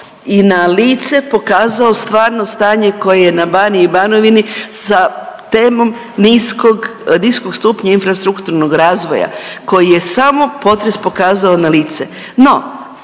i na lice pokazao stvarno stanje koje je na Baniji i Banovini sa temom niskog stupnja infrastrukturnog razvoja koji je samo potres pokazao na lice.